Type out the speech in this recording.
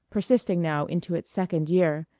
persisting now into its second year,